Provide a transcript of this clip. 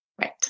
Right